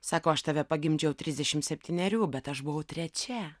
sako aš tave pagimdžiau trisdešim septynerių bet aš buvau trečia